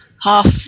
half